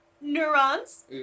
neurons